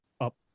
up